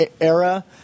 era